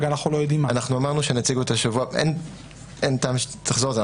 אנחנו לא יודעים --- אין טעם שתחזור על זה,